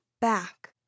back